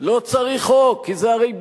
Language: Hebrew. לא צריך חוק, כי זה הרי ברור,